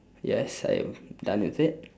yes I am done with it